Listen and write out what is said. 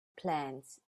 plants